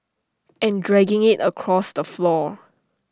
and dragging IT across the floor